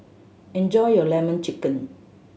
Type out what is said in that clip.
enjoy your Lemon Chicken